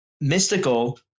mystical